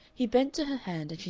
he bent to her hand,